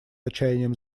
отчаянием